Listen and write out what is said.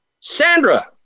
Sandra